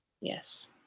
Yes